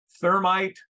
thermite